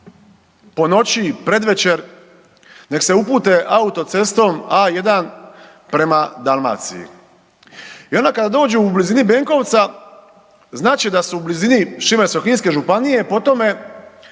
po noći i pred večer nek se upute autocestom A1 prema Dalmaciji i onda kada dođu u blizini Benkovca, znat će da su u blizini Šibensko-kninske županije po tome